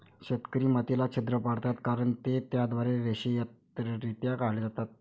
शेतकरी मातीला छिद्र पाडतात कारण ते त्याद्वारे रेषीयरित्या काढले जातात